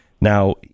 Now